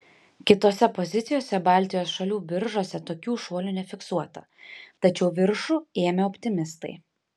kitose pozicijose baltijos šalių biržose tokių šuolių nefiksuota tačiau viršų ėmė optimistai